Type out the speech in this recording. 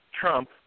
Trump